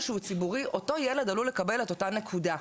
שהוא ציבורי אותו ילד עלול לקבל את אותה נקודה.